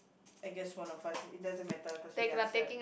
I guess one of us it doesn't matter cause we answer